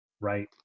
right